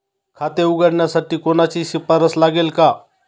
खाते उघडण्यासाठी कोणाची शिफारस लागेल का?